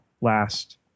last